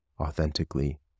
authentically